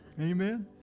Amen